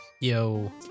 Yo